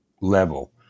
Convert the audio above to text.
level